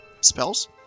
spells